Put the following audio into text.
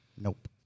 Nope